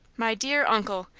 my dear uncle!